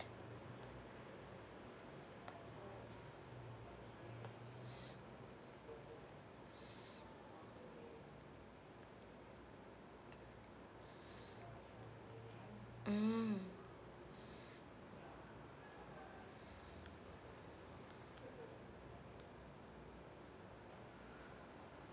mm